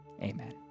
Amen